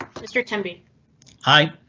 mr tim be high.